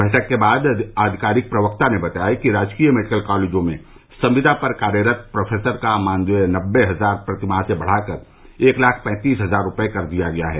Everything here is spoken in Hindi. बैठक के बाद आधिकारिक प्रवक्ता ने बताया कि राजकीय मेडिकल कॉलेजों में संविदा पर कार्यरत प्रोफेसर का मानदेय नबे हजार प्रतिमाह से बढ़ा कर एक लाख पैतीस हजार रूपये कर दिया गया है